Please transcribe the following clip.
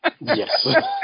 yes